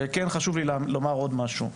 כן חשוב לי לומר עוד משהו.